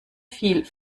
fiel